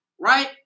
right